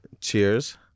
Cheers